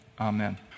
Amen